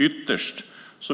Ytterst